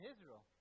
Israel